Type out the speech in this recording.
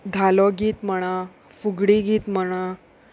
धालो गीत म्हणा फुगडी गीत म्हणा